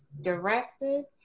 directed